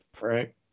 Right